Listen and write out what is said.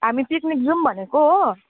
हामी पिकनिक जाऊँ भनेको हो